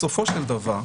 בסופו של דבר,